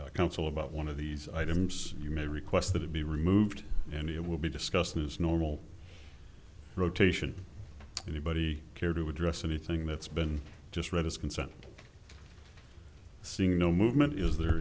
to council about one of these items you may request that it be removed and it will be discussed in its normal rotation anybody care to address anything that's been just read is consent seeing no movement is there